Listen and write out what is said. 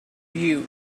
you